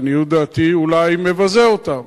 לעניות דעתי אולי מבזה אותו.